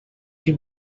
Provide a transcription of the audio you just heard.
que